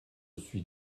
suis